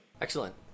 excellent